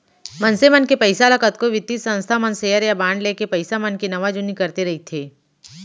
मनसे मन के पइसा ल कतको बित्तीय संस्था मन सेयर या बांड लेके पइसा मन के नवा जुन्नी करते रइथे